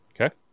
okay